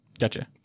Gotcha